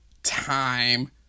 time